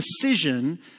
decision